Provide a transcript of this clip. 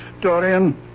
Dorian